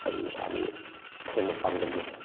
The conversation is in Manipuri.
ꯑꯩ ꯏꯁꯥꯒꯤ ꯑꯁꯦꯡꯕ ꯄꯥꯟꯗꯝꯅꯤ